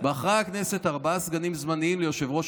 בחרה הכנסת ארבעה סגנים זמניים ליושב-ראש